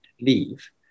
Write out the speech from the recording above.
leave